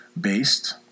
based